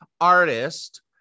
artist